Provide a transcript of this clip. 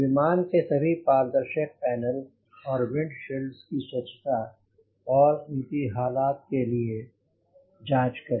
विमान के सभी पारदर्शी पेनल्स और विंडशील्ड की स्वच्छता एवं उनकी हालत के लिए जाँच करें